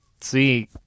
see